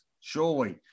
surely